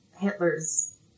Hitler's